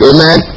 Amen